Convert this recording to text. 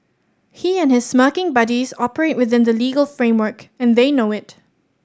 he and his smirking buddies operate within the legal framework and they know it